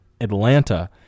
Atlanta